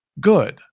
good